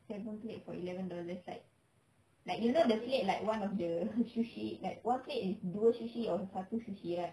seven plate for elevan dollars like like you know the plate like one of the sushi like one plate is dua sushi or satu sushi lah